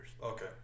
Okay